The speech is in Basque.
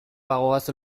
bagoaz